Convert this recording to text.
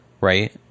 right